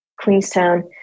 Queenstown